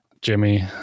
Jimmy